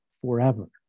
forever